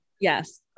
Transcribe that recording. yes